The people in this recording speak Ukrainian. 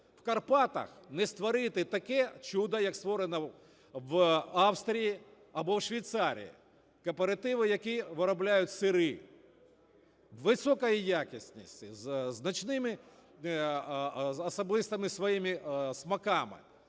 в Карпатах не створити таке чудо, як створено в Австрії або в Швейцарії – кооперативи, які виробляють сири високої якості зі значними особистими своїми смаками?